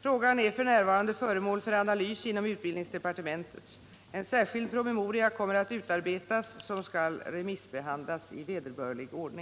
Frågan är f. n. föremål för analys inom utbildningsdepartementet. En särskild promemoria kommer att utarbetas som skall remissbehandlas i vederbörlig ordning.